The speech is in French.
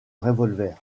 revolver